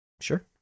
sure